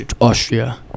Austria